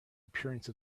appearance